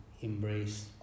embrace